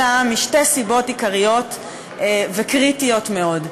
אלא משתי סיבות עיקריות וקריטיות מאוד.